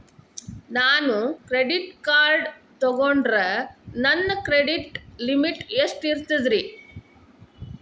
ನಾನು credit card ತೊಗೊಂಡ್ರ ನನ್ನ ಕ್ರೆಡಿಟ್ ಲಿಮಿಟ್ ಎಷ್ಟ ಇರ್ತದ್ರಿ?